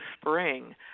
spring